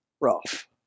rough